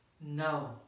No